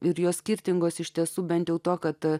ir jos skirtingos iš tiesų bent dėl to kad